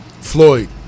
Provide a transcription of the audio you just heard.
Floyd